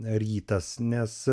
rytas nes